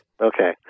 Okay